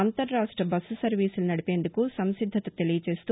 అంతర్ రాష్ట బస్సు సర్వీసులు నది పేందుకు సంసిద్దతత తెలియజేస్తూ